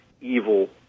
evil